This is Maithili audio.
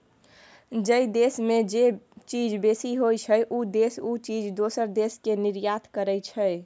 जइ देस में जे चीज बेसी होइ छइ, उ देस उ चीज दोसर देस के निर्यात करइ छइ